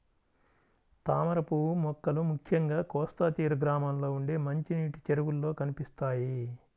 తామరపువ్వు మొక్కలు ముఖ్యంగా కోస్తా తీర గ్రామాల్లో ఉండే మంచినీటి చెరువుల్లో కనిపిస్తాయి